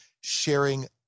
sharing